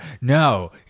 no